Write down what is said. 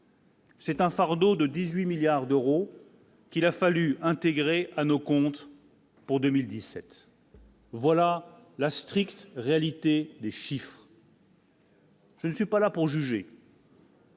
C'est un fardeau de 18 milliards d'euros. Il a fallu intégrer à nos comptes. Pour 2017. Voilà la stricte réalité des chiffres. Je ne suis pas là pour juger.